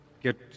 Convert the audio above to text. get